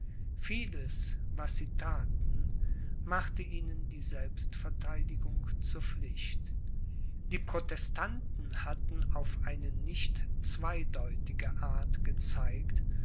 vieles was sie thaten machte ihnen die selbstvertheidigung zur pflicht die protestanten hatten auf eine nicht zweideutige art gezeigt